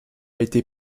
été